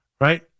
Right